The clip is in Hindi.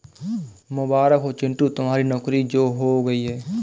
मुबारक हो चिंटू तुम्हारी नौकरी जो हो गई है